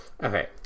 Okay